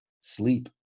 sleep